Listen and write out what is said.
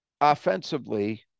offensively